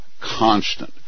constant